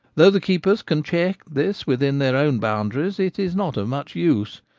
though the keepers can check this within their own boundaries, it is not of much use.